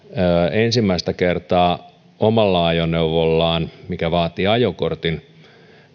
ensimmäistä kertaa omalla ajoneuvollaan liikenteen pariin mikä vaatii ajokortin